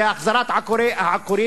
זה החזרת העקורים,